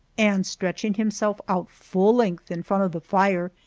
and stretching himself out full length in front of the fire,